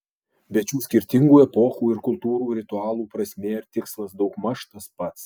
bet šių skirtingų epochų ir kultūrų ritualų prasmė ir tikslas daugmaž tas pats